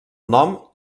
nom